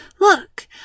Look